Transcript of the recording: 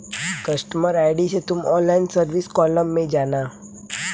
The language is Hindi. कस्टमर आई.डी से तुम ऑनलाइन सर्विस कॉलम में जाना